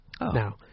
now